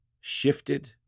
shifted